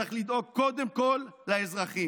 צריך לדאוג קודם כול לאזרחים.